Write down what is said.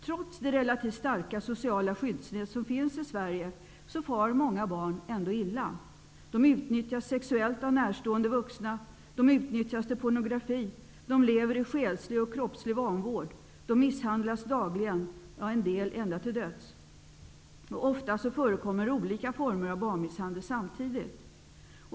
Trots det relativt starka sociala skyddsnät som finns i Sverige far många barn illa. De utnyttjas sexuellt av närstående vuxna. De utnyttjas till pornografi. De lever i själslig och kroppslig vanvård. De misshandlas dagligen, en del till döds. Ofta förekommer olika former av barnmisshandel samtidigt.